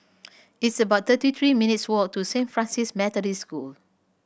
it's about thirty three minutes' walk to Saint Francis Methodist School